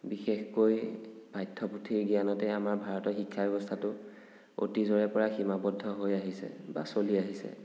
বিশেষকৈ পাঠ্যপুথিৰ জ্ঞানতেই আমাৰ ভাৰতৰ শিক্ষা ব্যৱস্থাটো অতীজৰে পৰা সীমাবদ্ধ হৈ আহিছে বা চলি আহিছে